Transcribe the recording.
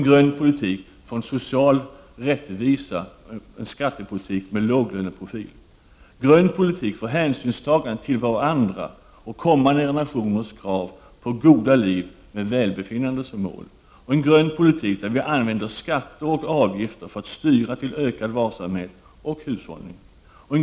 Grön politik för social rättvisa, en skattepolitik med låglönepolitik. Grön politik för hänsynstagande till varandra och kommande generationers krav på goda liv med välbefinnande som mål. Grön politik där vi använder skatter och avgifter för att styra till ökande varsamhet och hushållning.